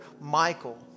Michael